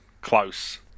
close